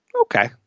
Okay